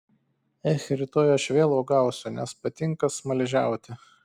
ech rytoj aš vėl uogausiu nes patinka smaližiauti